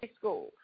school